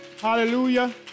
Hallelujah